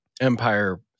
empire